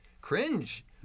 cringe